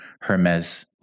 Hermes